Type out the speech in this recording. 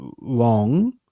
long